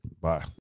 Bye